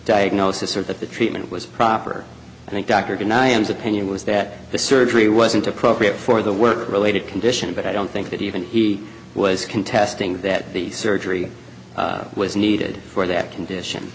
diagnosis or that the treatment was proper and the doctor denials opinion was that the surgery wasn't appropriate for the work related condition but i don't think that even he was contesting that the surgery was needed for that condition